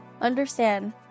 understand